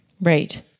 Right